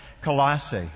Colossae